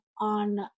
on